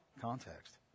context